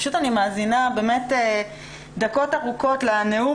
אני מאזינה דקות ארוכות לנאום